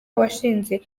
washinze